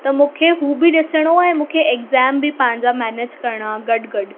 त मूंखे हू बि ॾिसणो आहे मूंखे एक्ज़ाम बि पंहिंजा मैनेज करिणा गॾ गॾ